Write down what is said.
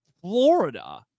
Florida